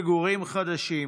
מגורים חדשים,